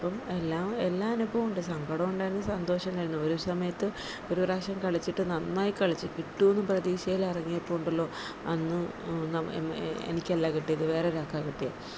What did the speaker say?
അപ്പം എല്ലാം എല്ലാ അനുഭവം ഉണ്ട് സങ്കടം ഉണ്ടായിരുന്നു സന്തോഷം ഉണ്ടായിരുന്നു ഒരു സമയത്ത് ഒരു പ്രാവശ്യം കളിച്ചിട്ട് നന്നായി കളിച്ച് കിട്ടുവന്ന് പ്രതീക്ഷേൽ ഇറങ്ങിയപ്പോൾ ഉണ്ടല്ലോ അന്ന് എ എനിക്ക് അല്ല കിട്ടിയത് വേറൊരാൾക്കാണ് കിട്ടിയത്